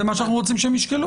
זה מה שאנחנו רוצים שהם ישקלו.